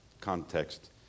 context